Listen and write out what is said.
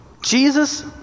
Jesus